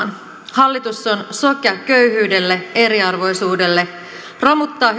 hallitus on sokea köyhyydelle eriarvoisuudelle romuttaa